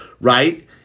right